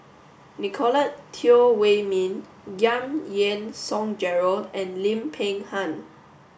Nicolette Teo Wei min Giam Yean Song Gerald and Lim Peng Han